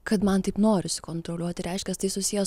kad man taip norisi kontroliuoti reiškias tai susiję